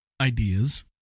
ideas